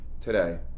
today